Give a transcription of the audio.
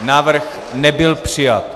Návrh nebyl přijat.